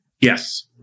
Yes